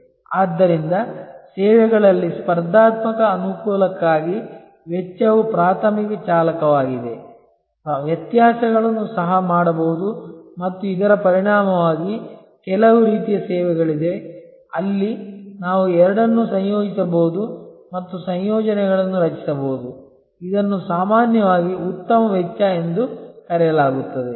ಆದ್ದರಿಂದ ಸೇವೆಗಳಲ್ಲಿ ಸ್ಪರ್ಧಾತ್ಮಕ ಅನುಕೂಲಕ್ಕಾಗಿ ವೆಚ್ಚವು ಪ್ರಾಥಮಿಕ ಚಾಲಕವಾಗಿದೆ ವ್ಯತ್ಯಾಸಗಳನ್ನು ಸಹ ಮಾಡಬಹುದು ಮತ್ತು ಇದರ ಪರಿಣಾಮವಾಗಿ ಕೆಲವು ರೀತಿಯ ಸೇವೆಗಳಿವೆ ಅಲ್ಲಿ ನಾವು ಎರಡನ್ನೂ ಸಂಯೋಜಿಸಬಹುದು ಮತ್ತು ಸಂಯೋಜನೆಗಳನ್ನು ರಚಿಸಬಹುದು ಇದನ್ನು ಸಾಮಾನ್ಯವಾಗಿ ಉತ್ತಮ ವೆಚ್ಚ ಎಂದು ಕರೆಯಲಾಗುತ್ತದೆ